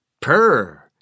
Purr